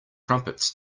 crumpets